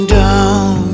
down